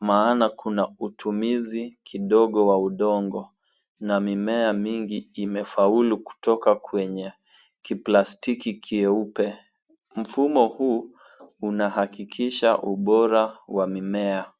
maana kuna utumizi kidogo wa udongo, na mimea mingi imefaulu kutoka kwenye kiplastiki kieupe. Mfumo huu unahakikisha ubora wa mimea.